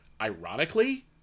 ironically